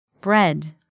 Bread